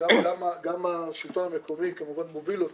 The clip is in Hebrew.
דרך אגב, השלטון המקומי כמובן מוביל אותו,